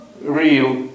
real